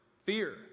fear